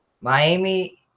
Miami